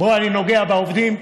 בוא, אני נוגע בעובדים,